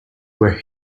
were